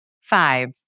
Five